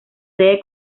sede